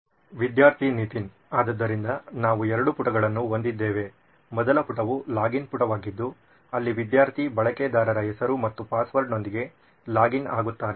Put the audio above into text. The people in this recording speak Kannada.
ವಿದ್ಯಾರ್ಥಿ ನಿತಿನ್ ಆದ್ದರಿಂದ ನಾವು ಎರಡು ಪುಟಗಳನ್ನು ಹೊಂದಿದ್ದೇವೆ ಮೊದಲ ಪುಟವು ಲಾಗಿನ್ ಪುಟವಾಗಿದ್ದು ಅಲ್ಲಿ ವಿದ್ಯಾರ್ಥಿ ಬಳಕೆದಾರರ ಹೆಸರು ಮತ್ತು ಪಾಸ್ವರ್ಡ್ನೊಂದಿಗೆ ಲಾಗಿನ್ ಆಗುತ್ತಾನೆ